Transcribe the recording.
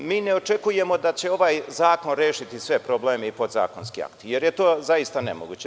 Mi ne očekujemo da će ovaj zakon rešiti sve probleme i podzakonske akte, jer je to nemoguće.